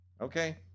Okay